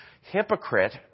Hypocrite